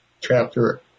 chapter